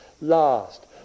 last